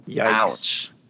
Ouch